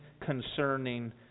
concerning